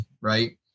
Right